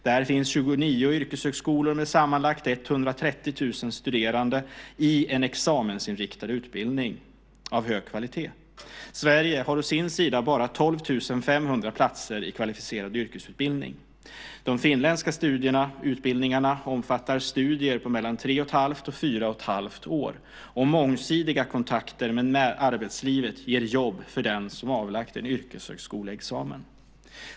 Där finns 29 yrkeshögskolor med sammanlagt 130 000 studerande i en examensinriktad utbildning av hög kvalitet. Sverige har å sin sida bara 12 500 platser i kvalificerad yrkesutbildning. De finländska utbildningarna omfattar studier på mellan 3 1⁄2 och 4 1⁄2 år. Mångsidiga kontakter med arbetslivet ger jobb för den som avlagt en yrkeshögskoleexamen.